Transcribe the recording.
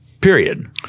period